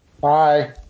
Bye